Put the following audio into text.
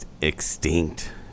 extinct